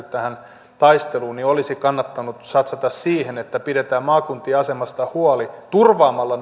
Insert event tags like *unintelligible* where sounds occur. *unintelligible* tähän taisteluun olisi kannattanut satsata siihen että pidetään maakuntien asemasta huoli turvaamalla *unintelligible*